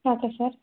okay sir